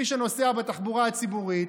מי שנוסע בתחבורה הציבורית,